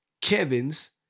Kevin's